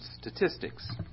statistics